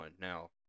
Now